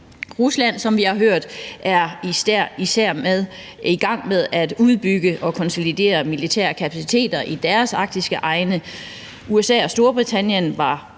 hørt, er især i gang med at udbygge og konsolidere militære kapaciteter i deres arktiske egne. USA og Storbritannien var